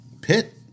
pit